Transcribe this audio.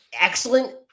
Excellent